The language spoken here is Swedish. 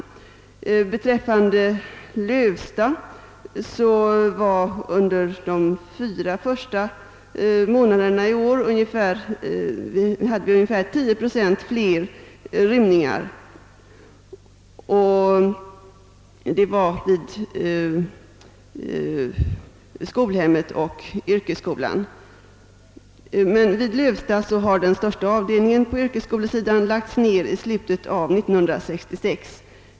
Lövstaskolan hade under de fyra första månaderna i år ungefär 10 procent fler rymningar vid skolhemmet och yrkesskolan. Där lades den största avdelningen på yrkesskolesidan ned i slutet av 1966.